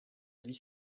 dit